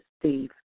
Steve